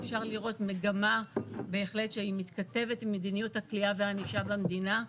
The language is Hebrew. אפשר לראות מגמה שמתכתבת עם מדיניות הכליאה והענישה במדינה,